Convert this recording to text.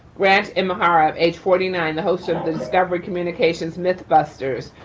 grant amahara, age forty nine. the host of the discovery communications mythbusters,